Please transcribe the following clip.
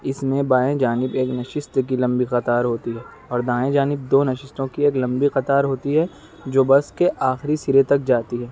اس میں بائیں جانب ایک نشست کی لمبی قطار ہوتی ہے اور دائیں جانب دو نشستوں کی ایک لمبی قطار ہوتی ہے جو بس کے آخری سرے تک جاتی ہے